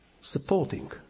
supporting